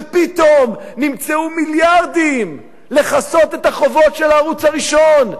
ופתאום נמצאו מיליארדים לכסות את החובות של הערוץ הראשון.